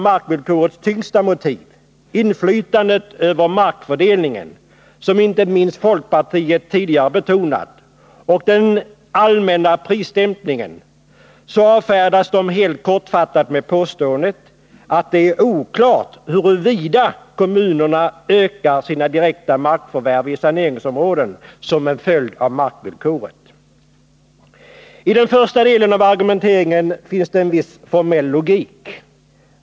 Markvillkorets tyngsta motiv — inflytandet över markfördelningen, som inte minst folkpartiet tidigare betonat, och den allmänna prisdämpningen — avfärdas helt kortfattat med påståendet att det är oklart huruvida kommunerna ökat sina direkta markförvärv i saneringsområden som en följd av markvillkoret. I den första delen av argumenteringen finns en viss, formell logik.